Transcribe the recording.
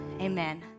Amen